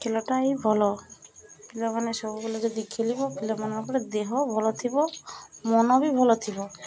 ଖେଲଟା ହିଁ ଭଲ ପିଲାମାନେ ସବୁବେଲେ ଯଦି ଖେଲିବ ପିଲାମାନଙ୍କର ଦେହ ଭଲ ଥିବ ମନ ବି ଭଲ ଥିବ